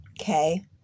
okay